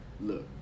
Look